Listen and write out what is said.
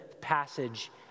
passage